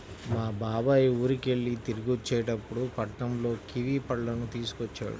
మా బాబాయ్ ఊరికెళ్ళి తిరిగొచ్చేటప్పుడు పట్నంలో కివీ పళ్ళను తీసుకొచ్చాడు